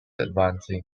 advancing